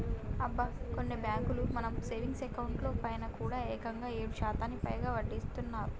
అబ్బా కొన్ని బ్యాంకులు మన సేవింగ్స్ అకౌంట్ లో పైన కూడా ఏకంగా ఏడు శాతానికి పైగా వడ్డీనిస్తున్నాయి